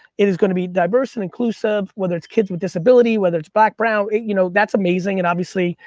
it is going to be diverse and inclusive, whether it's kids with disability, whether it's background, you know that's amazing, and obviously,